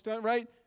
right